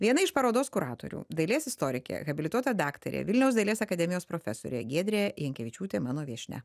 viena iš parodos kuratorių dailės istorikė habilituota daktarė vilniaus dailės akademijos profesorė giedrė jankevičiūtė mano viešnia